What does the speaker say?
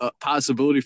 possibility